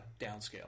downscale